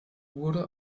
wurde